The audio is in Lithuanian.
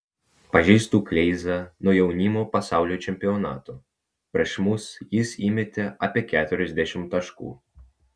pažįstu kleizą nuo jaunimo pasaulio čempionato prieš mus jis įmetė apie keturiasdešimt taškų